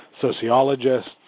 sociologists